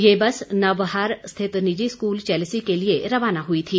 ये बस नवबहार स्थित निजी स्कूल चैल्सी के लिए रवाना हुई थी